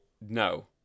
No